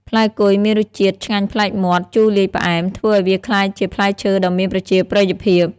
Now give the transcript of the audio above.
ផ្លែគុយមានរសជាតិឆ្ងាញ់ប្លែកមាត់ ជូរលាយផ្អែម ធ្វើឱ្យវាក្លាយជាផ្លែឈើដ៏មានប្រជាប្រិយភាព។